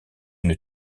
une